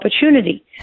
opportunity